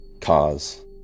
Cause